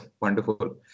wonderful